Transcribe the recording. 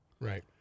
Right